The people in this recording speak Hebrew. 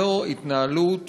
זו התנהלות